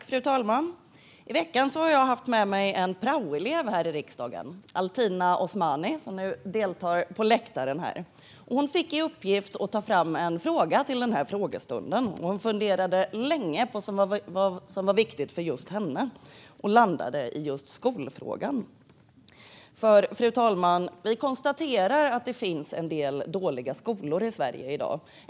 Fru talman! I veckan har jag haft med mig en praoelev här i riksdagen, Altina Osmani, som nu deltar på läktaren. Hon fick i uppgift att ta fram en fråga till den här frågestunden. Hon funderade länge på vad som var viktigt för just henne och landade i just skolfrågan. Fru talman! Vi konstaterar att det finns en del dåliga skolor i Sverige i dag.